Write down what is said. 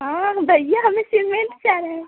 हाँ भैया हमें सीमेंट चाह रहें